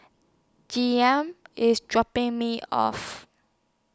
IS dropping Me off